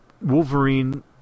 Wolverine